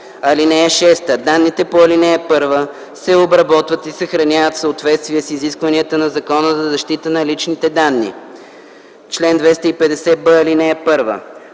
(6) Данните по ал. 1 се обработват и съхраняват в съответствие с изискванията на Закона за защита на личните данни. Чл. 250б. (1)